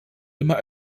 immer